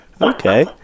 Okay